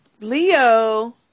Leo